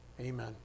Amen